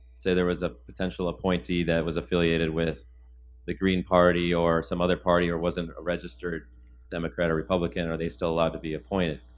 say there was a potential appointee that was affiliated with the green party or some other party or wasn't registered democrat or republican are they still allowed to be appointed?